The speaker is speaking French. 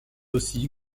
aussi